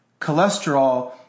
cholesterol